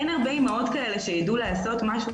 אין הרבה אימהות כאלה שידעו לעשות משהו